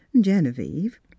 Genevieve